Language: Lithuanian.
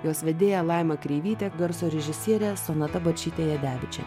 jos vedėja laima kreivytė garso režisierė sonata bačytė jedevičienė